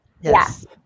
yes